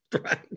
Right